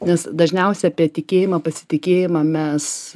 nes dažniausiai apie tikėjimą pasitikėjimą mes